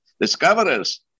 Discoverers